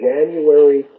January